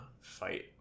fight